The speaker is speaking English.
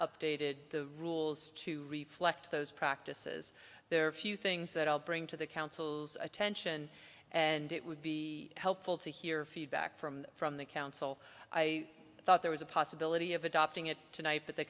updated the rules to reflect those practices there are a few things that i'll bring to the council's attention and it would be helpful to hear feedback from from the council i thought there was a possibility of adopting it tonight but the